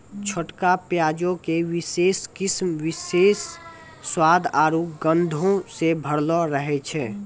छोटका प्याजो के विशेष किस्म विशेष स्वाद आरु गंधो से भरलो रहै छै